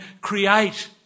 create